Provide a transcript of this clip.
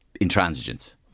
intransigence